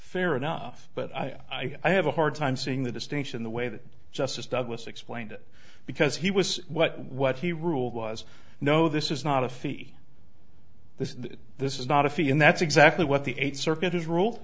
fair enough but i i i have a hard time seeing the distinction the way that justice douglas explained it because he was what he ruled was no this is not a fee this this is not a fee and that's exactly what the eighth circuit has rule